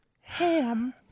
Ham